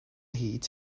heat